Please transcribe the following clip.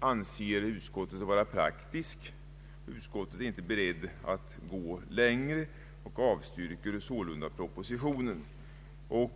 anser utskottet vara praktisk. Utskottet är inte berett att gå längre och avstyrker sålunda motionen.